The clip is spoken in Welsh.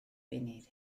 funud